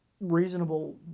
reasonable